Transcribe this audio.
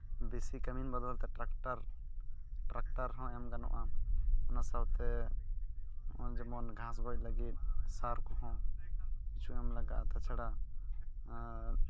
ᱵᱮᱥᱤ ᱠᱟᱹᱢᱤᱱ ᱵᱚᱫᱚᱞᱛᱮ ᱴᱨᱟᱠᱴᱟᱨ ᱦᱚᱸ ᱮᱢ ᱜᱟᱱᱚᱜᱼᱟ ᱚᱱᱟ ᱥᱟᱶᱛᱮ ᱱᱚᱜᱼᱚᱸᱭ ᱡᱮᱢᱚᱱ ᱜᱷᱟᱥ ᱜᱚᱡ ᱞᱟᱹᱜᱤᱫ ᱥᱟᱨ ᱠᱚᱦᱚᱸ ᱠᱤᱪᱷᱩ ᱮᱢ ᱞᱟᱜᱟᱜᱼᱟ ᱛᱟᱪᱷᱟᱲᱟ ᱟᱨ